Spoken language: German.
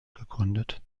gegründet